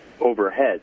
overhead